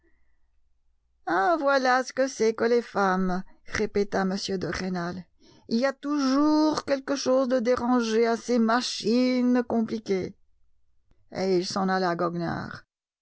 voilà ce que c'est que les femmes répéta m de rênal il y a toujours quelque chose de dérangé à ces machines compliquées et il s'en alla goguenard